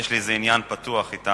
יש לי איזה עניין פתוח אתם.